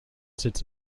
sits